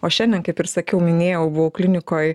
o šiandien kaip ir sakiau minėjau buvau klinikoj